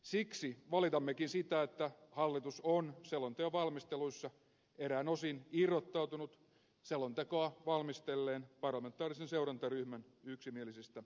siksi valitammekin sitä että hallitus on selonteon valmistelussa eräin osin irrottautunut selontekoa valmistelleen parlamentaarisen seurantaryhmän yksimielisistä kannanotoista